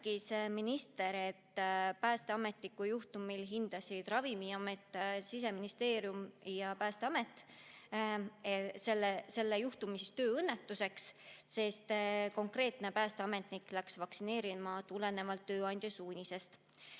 märkis minister, et päästeametniku juhtumi puhul hindasid Ravimiamet, Siseministeerium ja Päästeamet selle juhtumi tööõnnetuseks, sest konkreetne päästeametnik läks vaktsineerima tulenevalt tööandja suunisest.